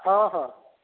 ହଁ ହଁ